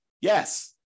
Yes